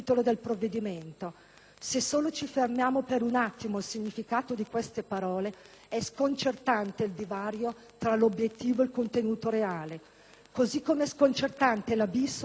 se solo ci fermiamo per un attimo al significato di queste parole, è sconcertante il divario tra l'obiettivo e il contenuto reale. Così come è sconcertante l'abisso tra propaganda e realtà.